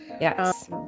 Yes